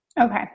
Okay